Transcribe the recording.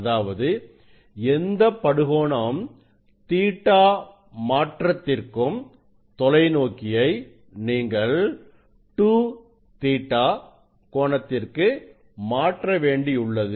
அதாவது எந்த படுகோணம் Ɵ மாற்றத்திற்கும் தொலைநோக்கியை நீங்கள் 2Ɵ கோணத்திற்கு மாற்ற வேண்டியுள்ளது